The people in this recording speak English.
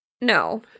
No